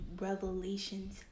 Revelations